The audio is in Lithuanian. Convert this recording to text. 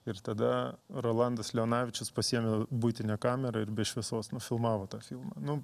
ir tada rolandas leonavičius pasiėmė buitinę kamerą ir be šviesos nufilmavo tą filmą nu